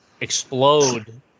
explode